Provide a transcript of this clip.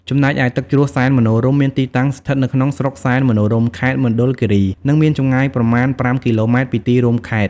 ចំណែកឯទឹកជ្រោះសែនមនោរម្យមានទីតាំងស្ថិតនៅក្នុងស្រុកសែនមនោរម្យ ខេត្តមណ្ឌលគិរី និងមានចម្ងាយប្រមាណ ៥គីឡូម៉ែត្រពីទីរួមខេត្ត។